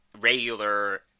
regular